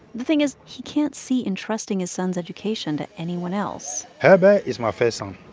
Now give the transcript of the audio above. the thing is he can't see entrusting his son's education to anyone else herbert is my first son